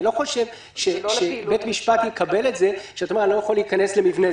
אני לא חושב שבית יקבל את הטענה שאני לא יכול להיכנס למבנה.